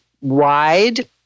wide